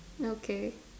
okay